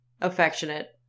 affectionate